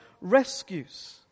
rescues